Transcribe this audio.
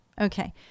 Okay